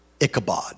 Ichabod